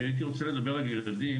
אני הייתי רוצה לדבר על ילדים,